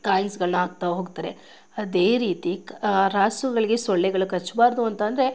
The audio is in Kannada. ಕಾಯಿಲ್ಸ್ಗಳನ್ನ ಹಾಕ್ತಾ ಹೋಗ್ತಾರೆ ಅದೇ ರೀತಿ ರಾಸುಗಳಿಗೆ ಸೊಳ್ಳೆಗಳು ಕಚ್ಚಬಾರ್ದು ಅಂತ ಅಂದ್ರೆ